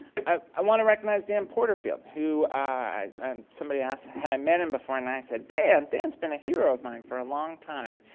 i i want to recognize dan porterfield who um somebody asked had i met him before and i said, dan? dan's been a hero of mine for a long time.